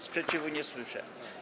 Sprzeciwu nie słyszę.